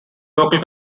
local